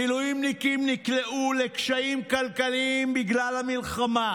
מילואימניקים נקלעו לקשיים כלכליים בגלל המלחמה.